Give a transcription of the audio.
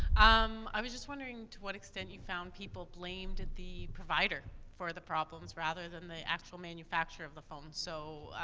um, i was just wondering to what extent you found people blamed the provider for the problems rather than the actual manufacturer of the phone? so,